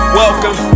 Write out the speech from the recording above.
welcome